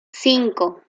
cinco